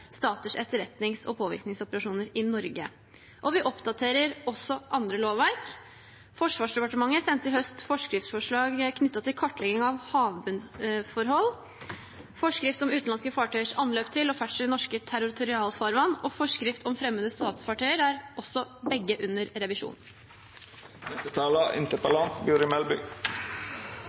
staters etterretnings- og påvirkningsoperasjoner i Norge. Vi oppdaterer også annet lovverk. Forsvarsdepartementet sendte i høst forskriftsforslag knyttet til kartlegging av havbunnforhold. Forskrift om utenlandske fartøyers anløp til og ferdsel i norsk territorialfarvann og forskrift om fremmede statsfartøyer er også begge under revisjon.